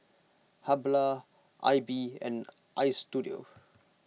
Habhal Aibi and Istudio